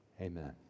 Amen